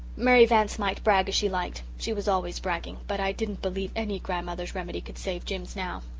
mary vance might brag as she liked she was always bragging but i didn't believe any grandmother's remedy could save jims now.